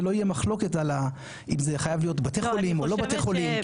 שלא תהיה מחלוקת אם זה יהיה לבתי חולים או לא בתי חולים.